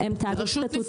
הם תאגיד סטטוטורי.